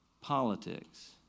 politics